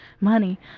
money